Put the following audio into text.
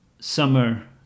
summer